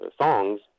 songs